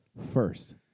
First